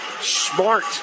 smart